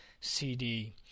CD